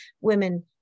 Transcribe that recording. women